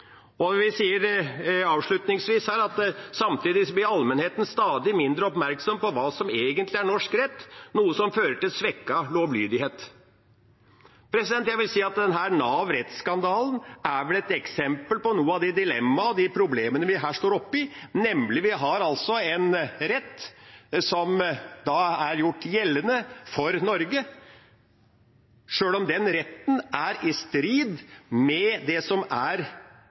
blir allmennheten stadig mindre oppmerksom på hva som egentlig er «norsk rett», noe som fører til svekket lovlydighet.» Jeg vil si at rettsskandalen i Nav er et eksempel på noen av dilemmaene og problemene vi her står oppe i, nemlig at vi har en rett som er gjort gjeldende for Norge sjøl om retten er i strid med det som er skrevet norsk rett på området, noe som fører til enorme komplikasjoner i hele vårt samfunnsmaskineri. Så det er